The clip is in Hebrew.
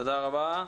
תודה רבה.